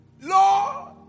Lord